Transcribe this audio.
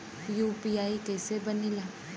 UPI कईसे बनेला?